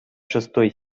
шестой